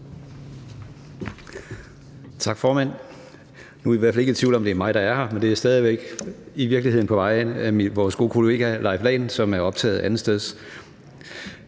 Tak, formand. Nu er I i hvert fald ikke i tvivl om, at det er mig, der er her, og det er stadig væk på vegne af vores gode kollega hr. Leif Lahn Jensen, som er optaget andetsteds.